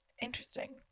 Interesting